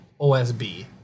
OSB